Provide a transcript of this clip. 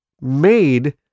made